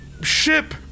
Ship